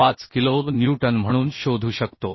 35 kilo newton म्हणून शोधू शकतो